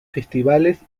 festivales